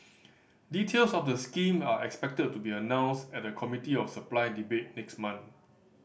details of the scheme are expected to be announced at the Committee of Supply debate next month